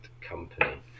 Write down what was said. company